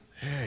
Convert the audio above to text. Hey